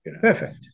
Perfect